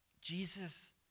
Jesus